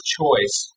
choice